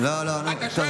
זה קשור ועוד איך, לא.